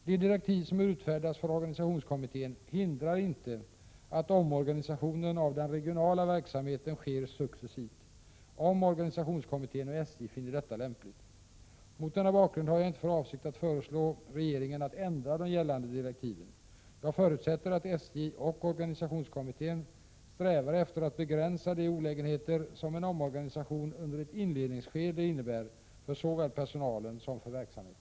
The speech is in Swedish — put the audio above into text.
De direktiv som har utfärdats för organisationskommittén hindrar inte att omorganisationen av den regionala verksamheten sker successivt, om organisationskommittén och SJ finner detta lämpligt. Mot denna bakgrund har jag inte för avsikt att föreslå regeringen att ändra de gällande direktiven. Jag förutsätter att SJ och organisationskommittén strävar efter att begränsa de olägenheter som en omorganisation under ett inledningsskede innebär såväl för personalen som för verksamheten.